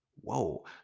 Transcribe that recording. Whoa